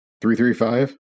Three-three-five